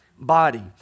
body